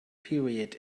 period